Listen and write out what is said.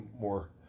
more